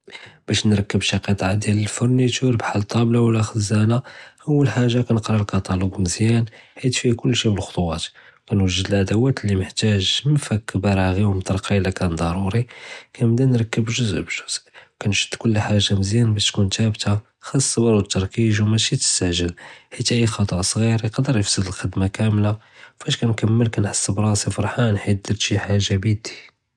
בַּאש נַרְקְבּ שַקָּה דְיַאל אל-פוֹרְנִיטוּר בְּחַאל טַאבְלָה לוּ חְזַאנָה, אוּל חַאגַ'ה קַנְקְרָא הַקְּטָאלוֹג מְזְיָאן חִית פִיה כֻּלְשִי בְּחֻטְוֹת, קַנוֹד הַאדוֹת לִי מְחְתָאג מַפַּק בְּרַאגִ' וּמִטְרַקָּה אִלַא קַאן דַּרּוּרִי קַנְבְּדָא נַרְקְבּ גְּזְء בִּגְזְء, קַנְשְד כֻּל חַאגַ'ה מְזְיָאן בַּאש תְּכוֹן תַּאבְתָּה חַסְס תַרְקִיז וּמַאשִי תִסְתַעְגֵ'ל חִית אַיֶה חְטָא סְגִ'יר קַאדֵר יְפַסֶד הַחְדְמָה כַּמְלָה פַאש קַנְכַמֶּל קַנְחֵס בְּרַאסִי פְּרַחַאן חִית דַרְת שִי חַאגַ'ה בְּיָדִי.